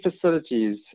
facilities